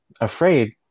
afraid